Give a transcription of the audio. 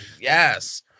Yes